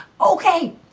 Okay